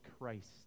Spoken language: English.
Christ